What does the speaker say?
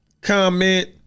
comment